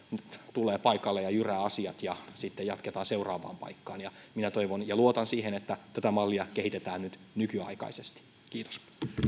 tulee paikalle ja jyrää asiat ja sitten jatketaan seuraavaan paikkaan minä toivon ja luotan siihen että tätä mallia kehitetään nyt nykyaikaisesti kiitos